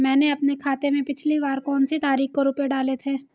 मैंने अपने खाते में पिछली बार कौनसी तारीख को रुपये डाले थे?